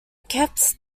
kept